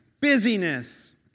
busyness